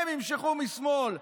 הם ימשכו משמאל,